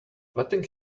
letting